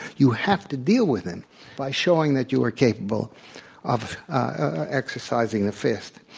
you have to deal with them by showing that your capable of ah exercising the fist.